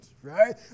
right